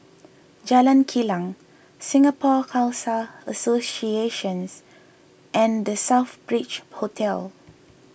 Jalan Kilang Singapore Khalsa Associations and the Southbridge Hotel